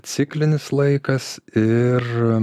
ciklinis laikas ir